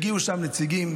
הגיעו לשם נציגים,